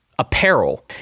apparel